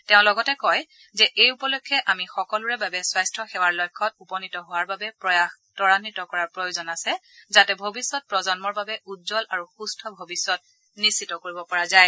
তেওঁ লগতে কয় যে এই উপলক্ষে আমি সকলোৰে বাবে স্বাস্থ্য সেৱাৰ লক্ষ্যত উপনীত হোৱাৰ বাবে প্ৰয়াস ত্ৰায়িত কৰাৰ প্ৰয়োজন আছে যাতে ভৱিষ্যৎ প্ৰজন্মৰ বাবে উজ্জল আৰু সুস্থ ভৱিষ্যৎ নিশ্চিত কৰিব পৰা যায়